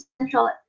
central